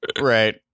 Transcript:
Right